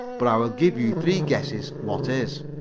but i will give you three guesses what is.